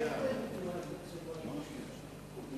ההצעה להעביר את הנושא לוועדת החוץ והביטחון נתקבלה.